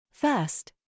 First